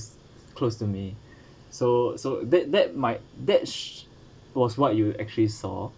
close to me so so that that might that sh~ was what you actually saw